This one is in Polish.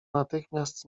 natychmiast